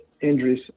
injuries